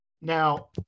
Now